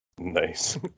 Nice